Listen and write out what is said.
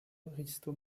risto